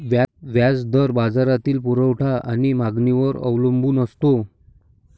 व्याज दर बाजारातील पुरवठा आणि मागणीवर अवलंबून असतो